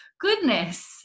goodness